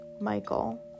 Michael